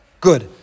Good